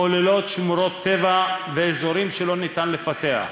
כולל שמורות טבע ואזורים שאין אפשרות לפתח.